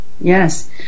yes